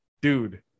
dude